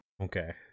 Okay